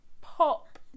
pop